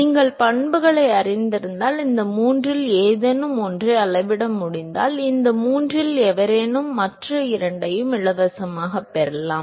நீங்கள் பண்புகளை அறிந்திருந்தால் இந்த மூன்றில் ஏதேனும் ஒன்றை அளவிட முடிந்தால் இந்த மூன்றில் எவரேனும் மற்ற இரண்டையும் இலவசமாகப் பெறலாம்